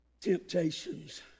temptations